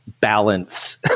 balance